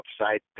upside